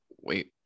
Wait